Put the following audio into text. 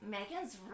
Megan's